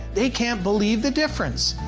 they can't believe the differences.